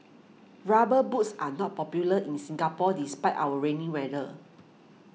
rubber boots are not popular in Singapore despite our rainy weather